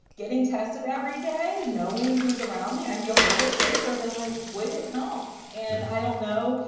getting tested every day, knowing who's around me, i feel a little bit safer than i would at home. and i don't know.